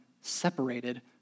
separated